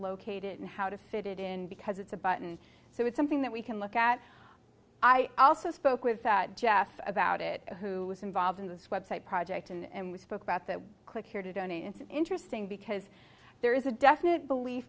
locate it and how to fit it in because it's a button so it's something that we can look at i also spoke with that jeff about it who was involved in this website project and we spoke about that click here to donate it's interesting because there is a definite belief